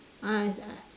ah